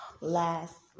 last